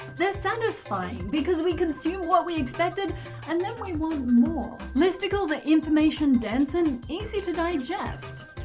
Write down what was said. they're satisfying because we consume what we expected and then we want more. listicles are information dense and easy to digest.